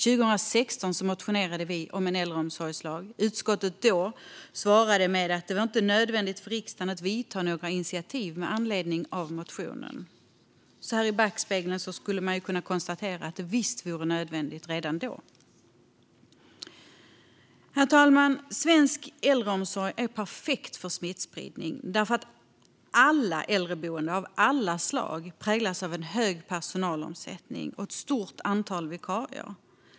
År 2016 motionerade vi om en äldreomsorgslag. Utskottet svarade då att det inte var nödvändigt för riksdagen att ta några initiativ med anledning av motionen. I backspegeln skulle man kunna konstatera att det visst var nödvändigt redan då. Herr talman! Svensk äldreomsorg är perfekt för smittspridning därför att alla äldreboenden av alla slag präglas av en hög personalomsättning och ett stort antal vikarier.